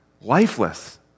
lifeless